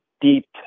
deep